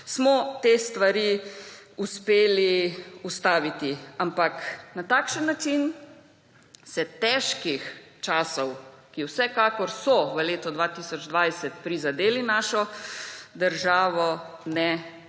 − te stvari uspeli ustaviti. Ampak na takšen način se težkih časov, ki vsekakor so v letu 2020 prizadeli našo državo, ne rešuje.